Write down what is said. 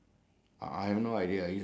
you you select which one